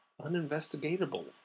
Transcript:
uninvestigatable